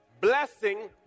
blessing